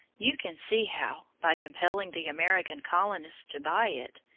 you can see how, by compelling the american colonists to buy it,